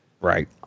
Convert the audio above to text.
Right